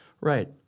Right